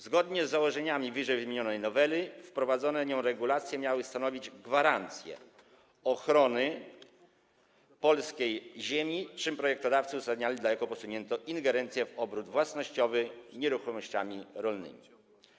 Zgodnie z założeniami ww. noweli wprowadzone nią regulacje miały stanowić gwarancję ochrony polskiej ziemi, czym projektodawcy uzasadniali daleko posuniętą ingerencję w obrót własnościowy nieruchomościami rolnymi.